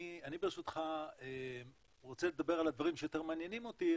אני ברשותך רוצה לדבר על הדברים שיותר מעניינים אותי,